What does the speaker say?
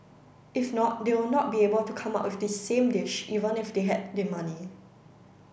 if not they'll not be able to come up with the same dish even if they had the money